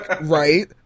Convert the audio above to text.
right